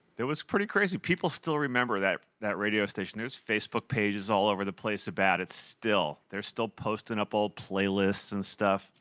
was pretty crazy. people still remember that that radio station. there's facebook pages all over the place about it still. they're still postin' up all playlists and stuff.